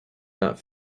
not